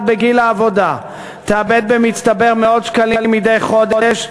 בגיל העבודה תאבד במצטבר מאות שקלים מדי חודש,